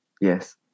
yes